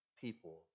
people